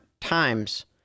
times